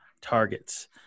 targets